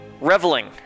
Reveling